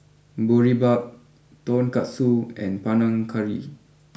Boribap Tonkatsu and Panang Curry